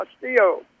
Castillo